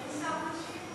אין שר משיב?